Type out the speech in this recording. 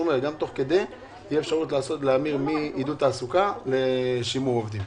אפשר יהיה להמיר מעידוד תעסוקה לשימור עובדים.